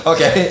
Okay